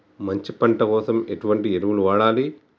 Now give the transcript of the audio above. మంచి పంట కోసం ఎటువంటి ఎరువులు వాడాలి?